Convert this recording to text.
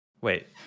Wait